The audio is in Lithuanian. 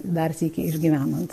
dar sykį išgyvenant